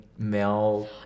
male